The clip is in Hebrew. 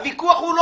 הוויכוח הוא לא